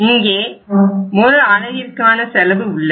இங்கே ஒரு அலகிற்கான செலவு உள்ளது